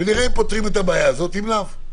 ונראה אם פותרים את הבעיה הזאת אם לאו.